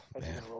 man